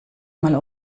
mal